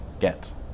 get